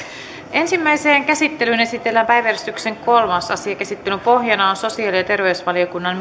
ensimmäiseen käsittelyyn esitellään päiväjärjestyksen kolmas asia käsittelyn pohjana on sosiaali ja terveysvaliokunnan